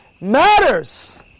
matters